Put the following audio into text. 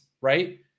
right